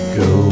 go